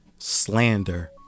Slander